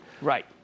right